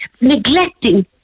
neglecting